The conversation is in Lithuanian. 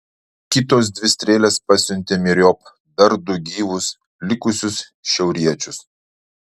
kitos dvi strėlės pasiuntė myriop dar du gyvus likusius šiauriečius